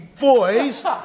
boys